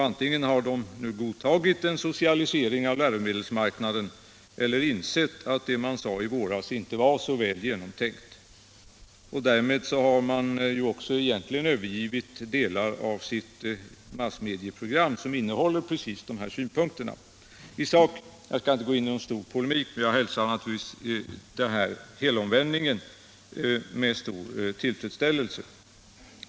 Antingen har folkpartiet nu godtagit en socialisering av läromedelsmarknaden eller insett att det man sade i våras inte var så väl genomtänkt. Därmed har folkpartiet också övergivit delar av sitt eget massmedieprogram, som innehåller samma synpunkter. I sak — jag skall inte gå in i någon stor polemik — hälsar jag naturligtvis folkpartiets helomvändning med stor tillfredsställelse.